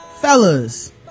fellas